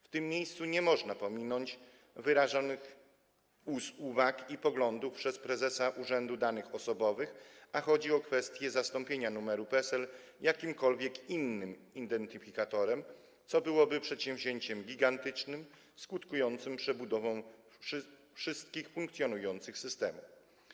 W tym miejscu nie można pominąć uwag i poglądów wyrażonych przez prezesa Urzędu Ochrony Danych Osobowych, a chodzi o kwestię zastąpienia numeru PESEL jakimkolwiek innym identyfikatorem, co byłoby przedsięwzięciem gigantycznym, skutkującym przebudową wszystkich funkcjonujących systemów.